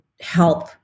help